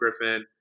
Griffin